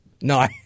No